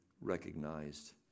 recognized